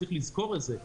צריך לזכור את זה,